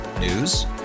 News